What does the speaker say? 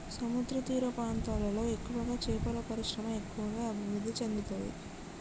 సముద్రతీర ప్రాంతాలలో ఎక్కువగా చేపల పరిశ్రమ ఎక్కువ అభివృద్ధి చెందుతది